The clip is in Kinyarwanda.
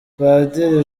padiri